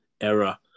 era